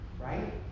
right